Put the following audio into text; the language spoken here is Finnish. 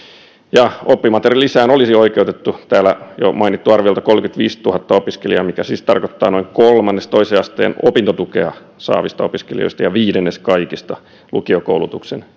saakka ja oppimateriaalilisään olisi oikeutettu täällä jo mainittu arviolta kolmekymmentäviisituhatta opiskelijaa mikä siis tarkoittaa noin kolmannesta toisen asteen opintotukea saavista opiskelijoista ja viidennestä kaikista lukiokoulutuksen